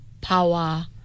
power